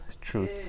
truth